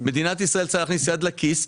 מדינת ישראל צריכה להכניס יד לכיס,